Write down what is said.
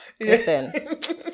Listen